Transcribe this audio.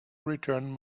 return